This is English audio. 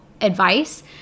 advice